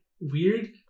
weird